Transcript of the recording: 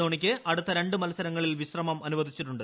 ധോണിയ്ക്ക് അടുത്ത രണ്ട് മത്സരങ്ങളിൽ വിശ്രമം അനുവദിച്ചിട്ടുണ്ട്